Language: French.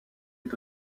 est